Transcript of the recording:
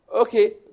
Okay